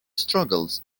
struggles